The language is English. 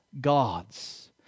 gods